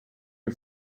you